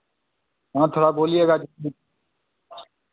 हाँ थोड़ा बोलिएगा